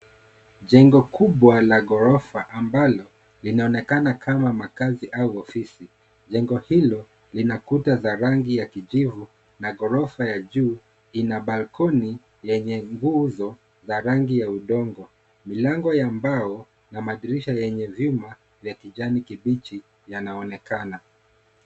Jengo kubwa la ghorofa ambalo linaonekana kama makazi au ofisi. Jengo hilo lina kuta za rangi ya kijivu na ghorofa ya juu ina balcony yenye nguzo za rangi ya udongo. Milango ya mbao na madirisha yenye vyuma vya kijani kibichi yanaonekana.